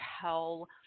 tell